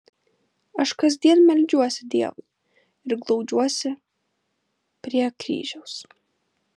aš kasdien meldžiuosi dievui ir glaudžiuosi prie kryžiaus